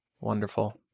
Wonderful